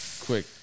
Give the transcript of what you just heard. quick